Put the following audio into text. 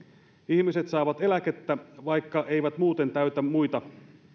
ihmiset saavat eläkettä vaikka eivät muuten täytä muita